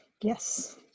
Yes